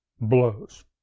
blows